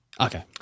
okay